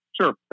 Sure